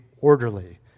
orderly